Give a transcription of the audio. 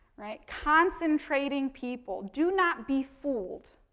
right, concentrating people, do not be fooled.